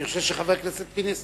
אני חושב שחבר הכנסת פינס